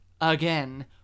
again